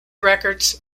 records